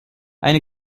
eine